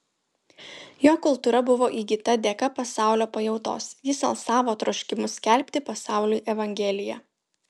jo kultūra buvo įgyta dėka pasaulio pajautos jis alsavo troškimu skelbti pasauliui evangeliją